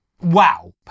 wow